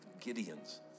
Gideons